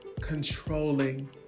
Controlling